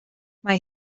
mae